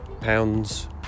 pounds